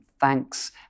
thanks